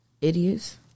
Idiots